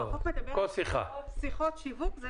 החוק מדבר על שיחות שיווק.